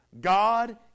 God